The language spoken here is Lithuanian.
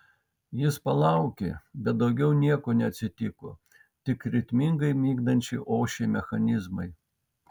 jis palaukė bet daugiau nieko neatsitiko tik ritmingai migdančiai ošė mechanizmai